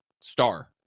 star